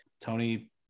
Tony